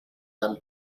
than